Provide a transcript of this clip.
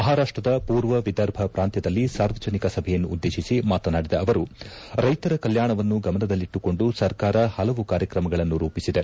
ಮಹಾರಾಷ್ಟದ ಪೂರ್ವ ವಿದರ್ಭ ಪ್ರಾಂತ್ನದಲ್ಲಿ ಸಾರ್ವಜನಿಕ ಸಭೆಯನ್ನು ಉದ್ಲೇಶಿಸಿ ಮಾತನಾಡಿದ ಅವರು ರೈತರ ಕಲ್ಲಾಣವನ್ನು ಗಮನದಲ್ಲಿಟ್ಲುಕೊಂಡು ಸರ್ಕಾರ ಹಲವು ಕಾರ್ಯಕ್ರಮಗಳನ್ನು ರೂಪಿಸಿದೆ